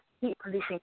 heat-producing